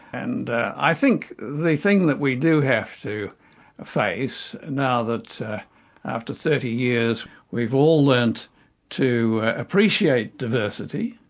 and i think the thing that we do have to face, now that after thirty years we've all learnt to appreciate diversity,